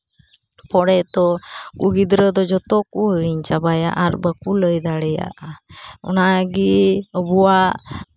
ᱯᱚᱨᱮᱛᱚ ᱩᱱᱠᱩ ᱜᱤᱫᱽᱨᱟᱹ ᱡᱷᱚᱛᱚ ᱠᱚ ᱦᱤᱲᱤᱧ ᱪᱟᱵᱟᱭᱟ ᱟᱨ ᱵᱟᱠᱚ ᱞᱟᱹᱭ ᱫᱟᱲᱮᱭᱟᱜᱼᱟ ᱚᱱᱟᱜᱮ ᱟᱵᱚᱣᱟᱜ